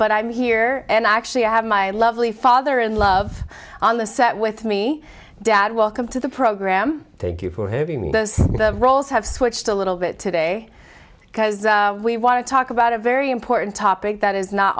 but i'm here and i actually have my lovely father in love on the set with me dad welcome to the program thank you for having me does the roles have switched a little bit today because we want to talk about a very important topic that is not